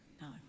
No